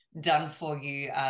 done-for-you